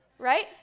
Right